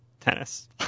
tennis